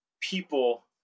people